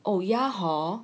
oh ya hor